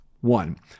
One